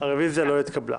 תודה, הרביזיה לא נתקבלה.